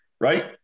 right